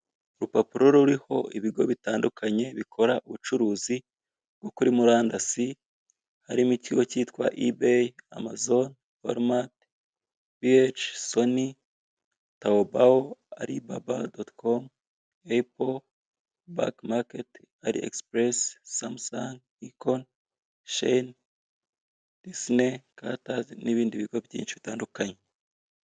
Urupapuro ruriho ibigo bitandukanye bikora ubucuruzi bwo kuri murandasi, harimo ikigo cyitwa ebay, amazon, ormat, bech, sony, taobaw, alibaba doti com, ap back market, a express, samsung, ikon, shin, disne, caters n'ibindi bigo byinshi bitandukanye.